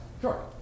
Sure